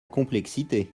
complexité